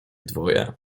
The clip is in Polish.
dwoje